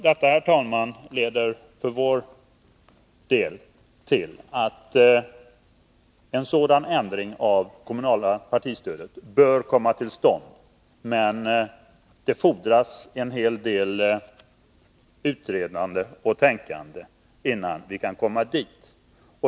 Detta, herr talman, leder för vår del till slutsatsen att en sådan ändring av det kommunala partistödet bör komma till stånd. Men det fordras en hel del utredande och tänkande innan vi är där.